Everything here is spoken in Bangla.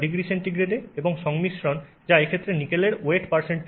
তাপমাত্রা ডিগ্রি সেন্টিগ্রেডে এবং সংমিশ্রণ যা এক্ষেত্রে নিকেলের ওয়েট